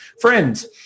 friends